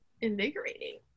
invigorating